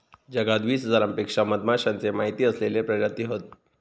जगात वीस हजारांपेक्षा मधमाश्यांचे माहिती असलेले प्रजाती हत